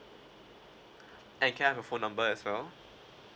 and can I have your phone number as well